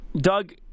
Doug